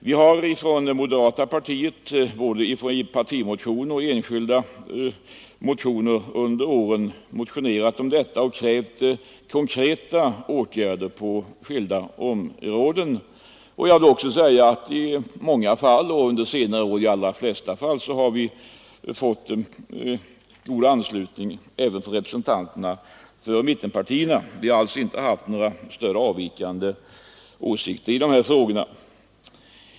Vi har från moderata samlingspartiets sida i såväl partimotioner som enskilda motioner under åren krävt konkreta åtgärder i skilda avseenden. I många fall — och under senare år i de allra flesta fallen — har vi fått god anslutning även från representanterna för mittpartierna. Det har alltså inte varit några större avvikelser i åsikterna när det gällt dessa frågor.